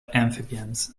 amphibians